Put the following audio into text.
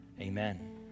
amen